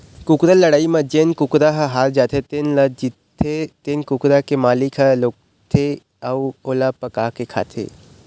कुकरा लड़ई म जेन कुकरा ह हार जाथे तेन ल जीतथे तेन कुकरा के मालिक ह लेगथे अउ ओला पकाके खाथे